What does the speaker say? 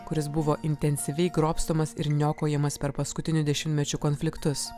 kuris buvo intensyviai grobstomas ir niokojamas per paskutinių dešimtmečių konfliktus